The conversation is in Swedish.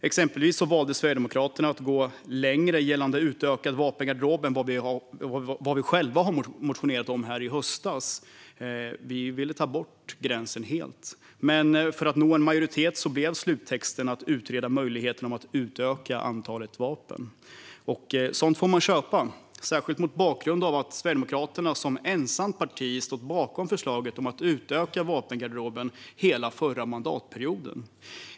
Exempelvis valde Sverigedemokraterna att gå längre gällande utökad vapengarderob än vad vi själva motionerade om i höstas. Vi ville ta bort gränsen helt. Men för att nå en majoritet resulterade sluttexten i att man ska utreda möjligheten att utöka antalet vapen. Sådant får man köpa, särskilt mot bakgrund av att Sverigedemokraterna under hela förra mandatperioden som parti var ensamt om att stå bakom förslaget om att utöka vapengarderoben.